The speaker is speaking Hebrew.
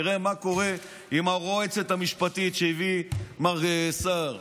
תראה מה קורה עם הרועצת המשפטית שהביא מר סער,